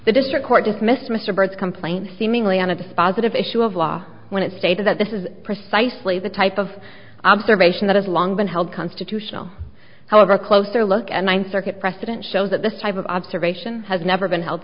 the district court dismissed mr burt's complaint seemingly on a dispositive issue of law when it stated that this is precisely the type of observation that has long been held constitutional however a closer look and ninth circuit precedent shows that this type of observation has never been held